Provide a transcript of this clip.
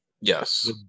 yes